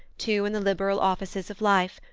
two in the liberal offices of life,